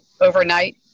overnight